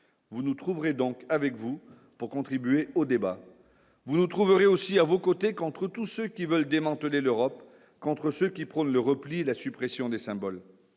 vous nous trouverez donc avec vous pour contribuer au débat, vous trouverez aussi à vos côtés contre tous ceux qui veulent démanteler l'Europe contre ceux qui prônent le repli, la suppression des symboles